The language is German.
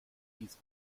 dies